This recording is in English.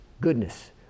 goodness